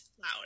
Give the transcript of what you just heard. loud